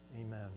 amen